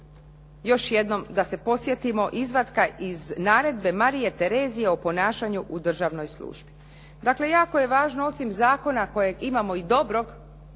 još jednom da se podsjetimo izvatka iz naredbe Marije Terezije o ponašanju u državnoj službi. Dakle, jako je važno osim zakona kojeg imamo i dobrog,